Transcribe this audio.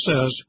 says